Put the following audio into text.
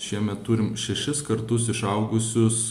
šiemet turim šešis kartus išaugusius